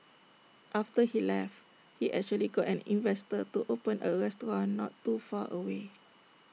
after he left he actually got an investor to open A restaurant not too far away